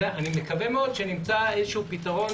אני מקווה שמאוד שנמצא איזשהו פתרון,